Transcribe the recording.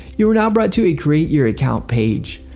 you are now brought to a create your account page.